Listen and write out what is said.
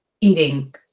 eating